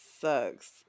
sucks